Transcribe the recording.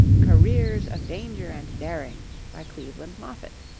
careers of danger and daring by cleveland moffett